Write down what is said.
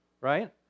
right